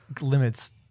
limits